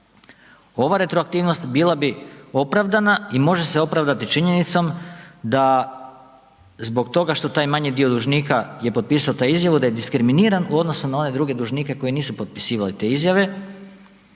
ova retroaktivnost bila bi opravdana i može se opravdati činjenicom da zbog toga što taj manji dio dužnika je potpisao tu izjavu da je diskriminiran u odnosu na one druge dužnike koji nisu potpisivali te izjave